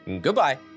Goodbye